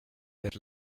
per